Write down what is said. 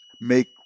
make